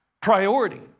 priority